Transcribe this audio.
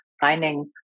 finding